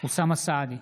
אוסאמה סעדי,